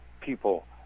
people